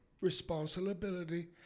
responsibility